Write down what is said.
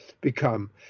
become